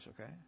okay